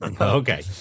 okay